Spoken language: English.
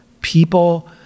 people